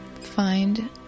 Find